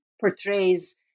portrays